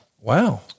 Wow